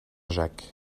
jacques